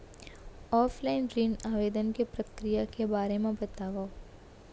Offline ऋण आवेदन के प्रक्रिया के बारे म बतावव?